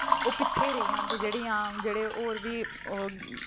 ओह् पिच्छें रेही जंदे जेह्डि़यां जेह्ड़े होर बी ओह्